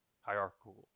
hierarchical